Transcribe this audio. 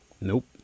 Nope